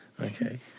Okay